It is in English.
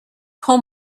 pull